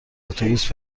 اتوبوس